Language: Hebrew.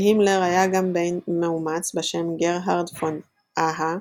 להימלר היה גם בן מאומץ בשם גרהרד פון אהה,